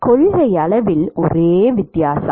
கொள்கையளவில் ஒரே வித்தியாசம்